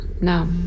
No